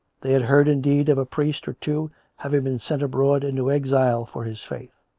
they had heard, indeed, of a priest or two having been sent abroad into exile for his faith